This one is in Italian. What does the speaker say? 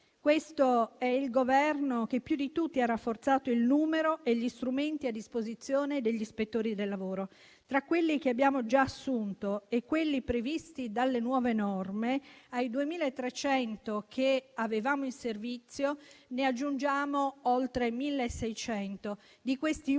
Questo è il Governo che più di tutti ha rafforzato il numero e gli strumenti a disposizione degli ispettori del lavoro. Tra quelli che abbiamo già assunto e quelli previsti dalle nuove norme, ai 2.300 che avevamo in servizio ne aggiungiamo oltre 1.600. Di questi ultimi,